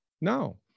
No